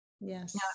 yes